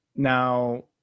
Now